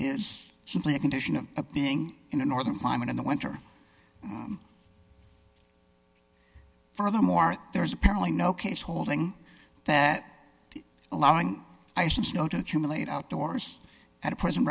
is simply a condition of being in a northern climate in the winter furthermore there is apparently no case holding that allowing ice and snow to humiliate outdoors at a prison